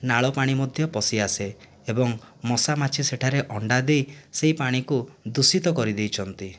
ନାଳପାଣି ମଧ୍ୟ ପଶି ଆସେ ଏବଂ ମଶା ମାଛି ସେଠାରେ ଅଣ୍ଡା ଦେଇ ସେହି ପାଣିକୁ ଦୂଷିତ କରିଦେଇଛନ୍ତି